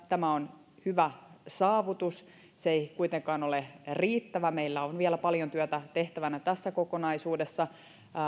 tämä on hyvä saavutus se ei kuitenkaan ole riittävä meillä on vielä paljon työtä tehtävänä tässä kokonaisuudessa